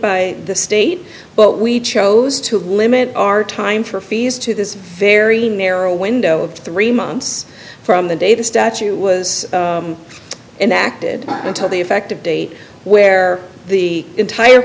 by the state but we chose to limit our time for fees to this very narrow window of three months from the day the statute was enacted until the effective date where the entire